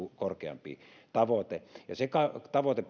korkeampi tavoite